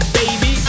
baby